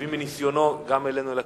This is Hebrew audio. הביא מניסיונו גם אלינו לכנסת.